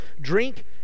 drink